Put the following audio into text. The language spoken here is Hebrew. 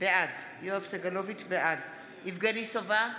בעד יבגני סובה,